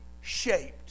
shaped